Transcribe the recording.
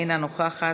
אינה נוכחת,